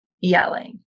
yelling